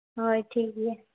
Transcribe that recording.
ᱦᱳᱭ ᱴᱷᱤᱠᱜᱮᱭᱟ